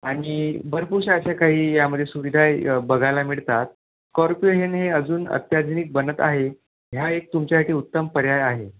आणि भरपूरशा अशा काही यामध्ये सुविधाही बघायला मिळतात कॉर्पिओ हेन हे अजून अत्याधुनिक बनत आहे ह्या एक तुमच्याआठी उत्तम पर्याय आहे